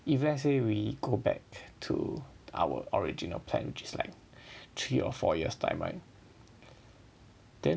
if let's say we go back to our original plan which is like three or four years time right then